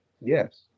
Yes